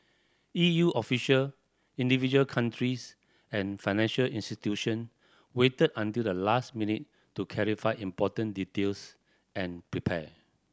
E U official individual countries and financial institution waited until the last minute to clarify important details and prepare